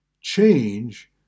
Change